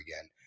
again